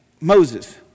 Moses